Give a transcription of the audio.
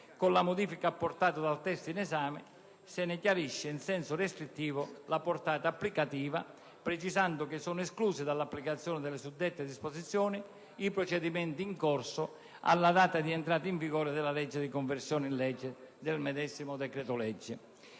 Con la modifica apportata dal testo in esame se ne chiarisce in senso restrittivo la portata applicativa, precisando che sono escluse dall'applicazione delle suddette disposizioni i procedimenti in corso alla data di entrata in vigore della legge di conversione del medesimo decreto-legge.